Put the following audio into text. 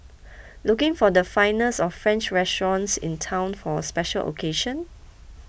looking for the finest of French restaurants in town for a special occasion